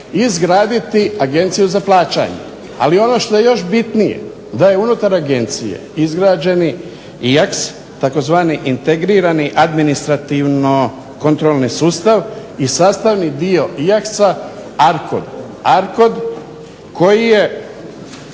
izgraditi Agenciju za plaćanje. Ali ono što je još bitnije da je unutar Agencije izgrađen IAKS tzv. integrirani administrativno kontrolni sustav i sastavni dio IAKS-a ARCOD, ARCOD koji je